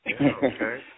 Okay